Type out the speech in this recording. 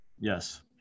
Yes